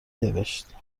نوشت